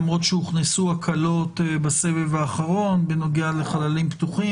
למרות שהוכנסו הקלות בסבב האחרון בנוגע לחללים פתוחים.